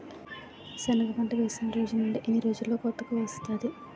సెనగ పంట వేసిన రోజు నుండి ఎన్ని రోజుల్లో కోతకు వస్తాది?